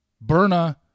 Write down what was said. Berna